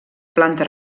planta